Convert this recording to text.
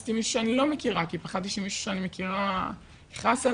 וחיפשתי מישהו שאני לא מכירה כי פחדתי שמישהו שאני מכירה יכעס עלי,